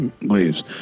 please